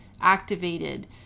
activated